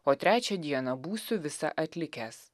o trečią dieną būsiu visa atlikęs